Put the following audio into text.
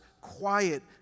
quiet